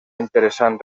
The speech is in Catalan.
interessant